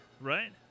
right